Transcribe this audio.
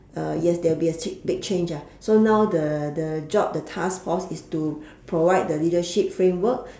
yes there'll be a big change so now the the job the task force is to provide the leadership framework